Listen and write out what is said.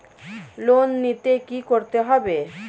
Loan নিতে কী করতে হবে?